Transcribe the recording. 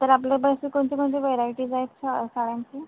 sir आपलेपाशी कोणतीकोणती varieties आहे सा साड्यांची